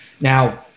now